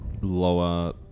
lower